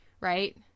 right